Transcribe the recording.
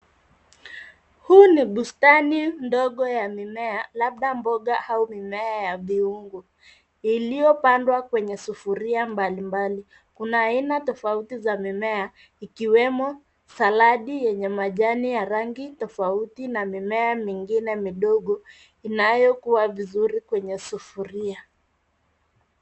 Huu ni bustani ndogo ya mimea labda mboga au mimea ya viungo iliopandwa kwenye sufuria mbalimbali kuna aina tofauti za mimea ikiwemo saladi yenye majani ya rangi tofauti na mimea mingine midogo inayokua vizuri kwenye sufuria.